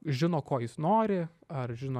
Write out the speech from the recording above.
žino ko jis nori ar žino